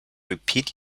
repeat